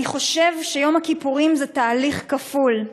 אני חושב שיום הכיפורים זה תהליך כפול: